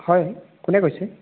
হয় কোনে কৈছে